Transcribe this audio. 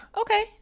Okay